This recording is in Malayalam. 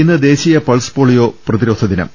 ഇന്ന് ദേശീയ പൾസ് പോളിയോ പ്രതിരോധ ദിനം